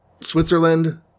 Switzerland